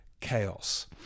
chaos